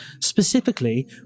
Specifically